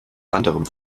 anderem